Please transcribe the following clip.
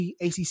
ACC